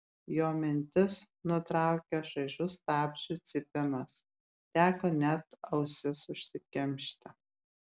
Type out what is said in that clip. jo mintis nutraukė šaižus stabdžių cypimas teko net ausis užsikimšti